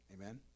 amen